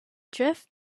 drift